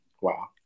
Wow